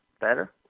Better